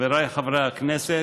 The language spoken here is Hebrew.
חבריי חברי הכנסת,